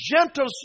gentle